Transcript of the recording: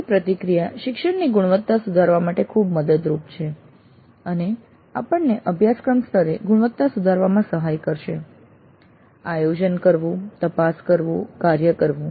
આવી પ્રતિક્રિયા શિક્ષણની ગુણવત્તા સુધારવા માટે ખૂબ મદદરૂપ છે અને આ આપણને અભ્યાસક્રમ સ્તરે ગુણવત્તા સુધારવામાં સહાય કરશે આયોજન કરવું તપાસવું કાર્ય કરવું